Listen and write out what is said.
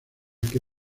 que